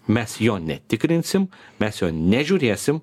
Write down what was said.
mes jo netikrinsim mes jo nežiūrėsim